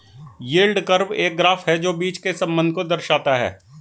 yield curve एक graph है जो बीच के संबंध को दर्शाता है